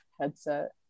headset